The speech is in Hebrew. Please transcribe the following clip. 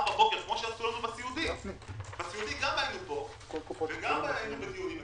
בבוקר כמו שעשו לנו בסיעודי גם היינו בדיונים אצלם,